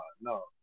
no